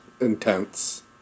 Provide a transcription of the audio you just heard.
intense